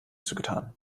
zugetan